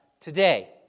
today